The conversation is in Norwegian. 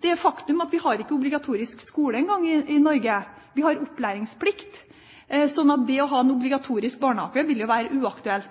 Det er et faktum at vi ikke engang har obligatorisk skole i Norge – vi har opplæringsplikt – slik at det å ha en obligatorisk barnehage vil være uaktuelt.